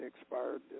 expired